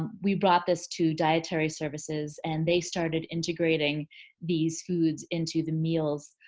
and we brought this to dietary services and they started integrating these foods into the meals.